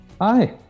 Hi